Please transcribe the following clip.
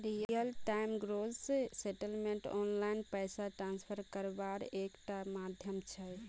real time gross settlement online पैसा transfer कारवार एक टा माध्यम छे